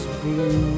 blue